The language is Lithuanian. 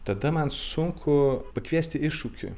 tada man sunku pakviesti iššūkiui